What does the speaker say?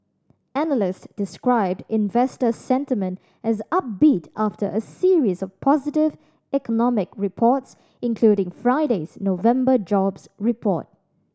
analysts described investor sentiment as upbeat after a series of positive economic reports including Friday's November jobs report